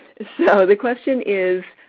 so, the question is,